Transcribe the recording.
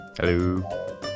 Hello